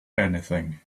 anything